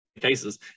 cases